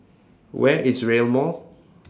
Where IS Rail Mall